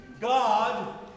God